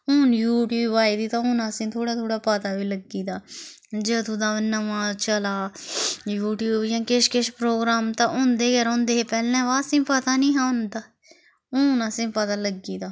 हून यूट्यूब आई दी तां हून असें थोह्ड़ा थोह्ड़ा पता बी लग्गी दा जंदू दा नमां चला यूट्यूब जां किश किश प्रोग्राम तां होंदे गै रौंहदे हे पैह्लें बा असें पता नेहा होंदा हून असें पता लग्गी गेदा